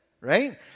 right